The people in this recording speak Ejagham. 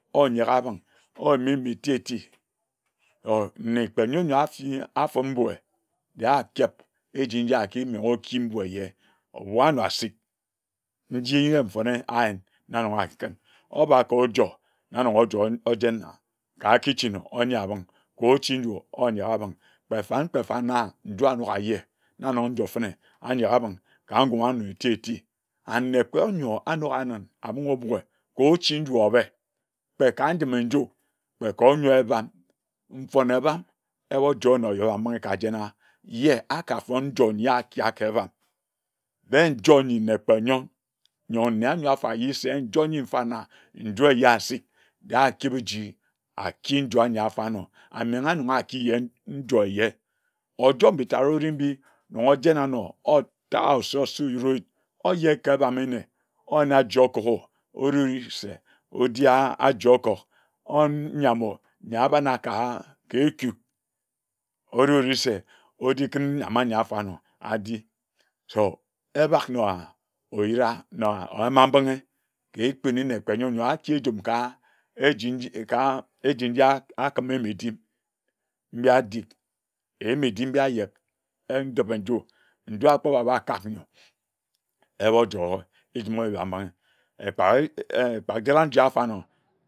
Onyek abeng oyim mbimbi eti eti or nne kpe nyor afi mbue eye je akeb eji nji akimongo oki mbui eye obui anor asik nji ye mfone ayin na nonge ayin kin abo kor ojor na nongo ojoer okjen na ka kictchen onye abeng ka ochi nju onyek abeng kpe fon kpe fan na njor anong aje na nor njor fene anyek abeng ka nguma anne eti eti anne koyon anok ayinin amogho obuea ke ochi nju obe kpe ka njime nju kpe ka onyoe ebam mfone ebam omo joer na ohebambinghe ka jena ye akafon njor nyia akak kebam de njor nyi nne kpe nyor, nyor anyor afayi se njor nyi mfana njor eye asid de akebe eji aki njor anyi afarnor anne nanonga aki je njor eye ojor mbitad ore mbi nor ojenanor otari osisuwuriwud oje ka ebame nne oyina aji okok ooo ore se odiaah aji okok onyin nyamo nyi abana ka ke etid ore ore se ojikun nyam anyi afarnor adi so ebok na na oyira na oyama mbinghe ke ekpini nne kpe nyor nyor achi njum ka eji nji ka eji njia akime medim njia adig eyim edim mbi ayek yin ndipe-nju, nor akporba aba kak nyor ebor joer ejume owega mbinghe ekpa aa ekpa ejira njia afarnor